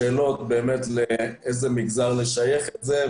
שטחי החדרת מי נגר מצפון,